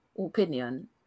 opinion